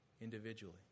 individually